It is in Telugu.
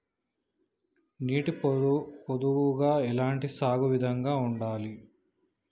నీటి పొదుపుగా ఎలాంటి సాగు విధంగా ఉండాలి?